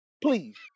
Please